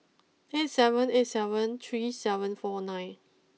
eight seven eight seven three seven four nine